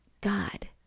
God